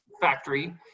factory